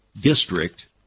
district